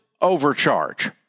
overcharge